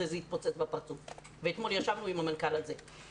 זה התפוצץ בפרצוף ואתמול ישבנו על זה עם המנכ"ל.